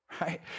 Right